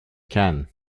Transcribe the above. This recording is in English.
cannes